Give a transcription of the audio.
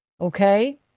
Okay